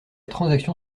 transaction